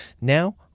Now